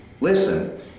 listen